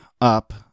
up